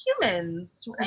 humans